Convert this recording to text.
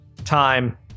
time